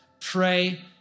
Pray